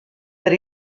per